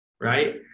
right